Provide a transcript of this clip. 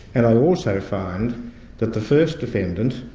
and i also find that the first defendant,